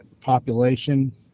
population